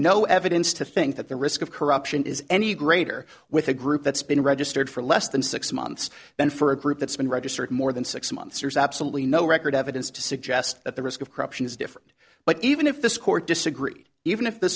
no evidence to think that the risk of corruption is any greater with a group that's been registered for less than six months then for a group that's been registered more than six months years absolutely no record evidence to suggest that the risk of corruption is different but even if this court disagree even if th